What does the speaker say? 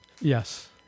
Yes